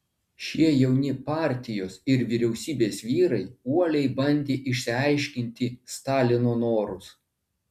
šie jauni partijos ir vyriausybės vyrai uoliai bandė išsiaiškinti stalino norus